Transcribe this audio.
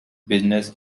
business